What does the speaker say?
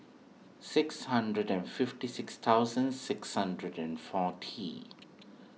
six hundred and fifty six thousand six hundred and forty